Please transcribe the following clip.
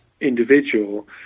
individual